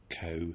co